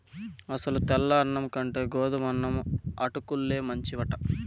అసలు తెల్ల అన్నం కంటే గోధుమన్నం అటుకుల్లే మంచివట